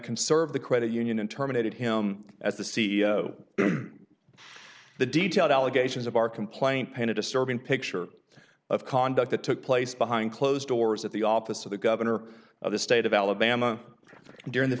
conserve the credit union and terminated him as the c e o the detailed allegations of our complaint painted disturbing picture of conduct that took place behind closed doors at the office of the governor of the state of alabama during the